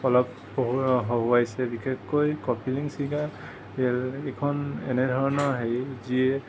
অলপ হঁহুৱাইছে বিশেষকৈ কপিলিং চিগা ৰেল এইখন এনেধৰণৰ হেৰি যিয়ে